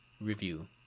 Review